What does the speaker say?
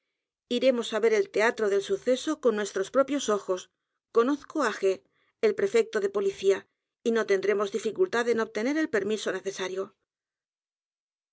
iremos á ver el teatro del suceso con nuestros propios ojos conozco á g el prefecto de policía y no tendremos dificultad en obtener el permiso necesario